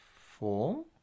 four